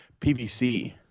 PVC